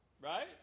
Right